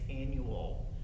annual